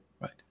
right